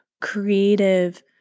creative